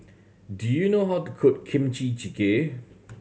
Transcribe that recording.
do you know how to cook Kimchi Jjigae